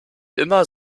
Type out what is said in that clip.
immer